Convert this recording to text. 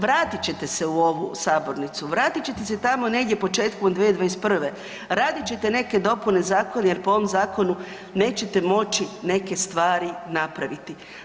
Vratit ćete se u ovu sabornicu, vratit ćete se tamo negdje početkom 2021., radit ćete neke dopune zakona jer po ovom zakonu nećete moći neke stvari napraviti.